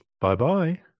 Bye-bye